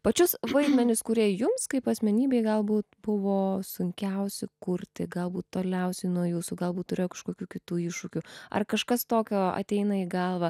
pačius vaidmenis kurie jums kaip asmenybei galbūt buvo sunkiausi kurti galbūt toliausiai nuo jūsų galbūt turėjo kažkokių kitų iššūkių ar kažkas tokio ateina į galvą